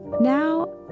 Now